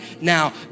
now